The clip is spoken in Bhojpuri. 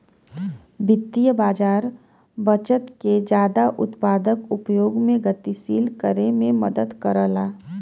वित्तीय बाज़ार बचत के जादा उत्पादक उपयोग में गतिशील करे में मदद करला